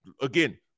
again